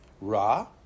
Ra